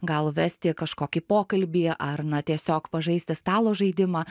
gal vesti kažkokį pokalbį ar na tiesiog pažaisti stalo žaidimą